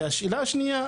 והשאלה השנייה,